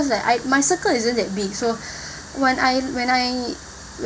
like I my circle isn't that big so when I when I